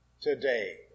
today